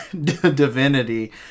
divinity